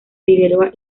figueroa